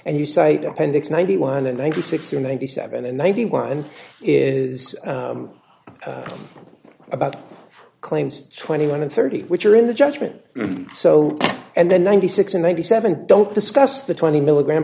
and you cite appendix ninety one and ninety six or ninety seven and ninety one is about claims twenty one and thirty which are in the judgment so and then ninety six and ninety seven don't discuss the twenty milligram